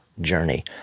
journey